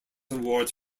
awards